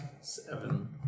Seven